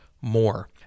more